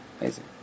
Amazing